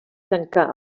tancar